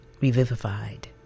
revivified